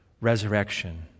resurrection